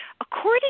According